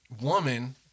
woman